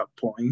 point